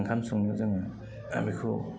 ओंखाम संनायाव जोङो बेखौ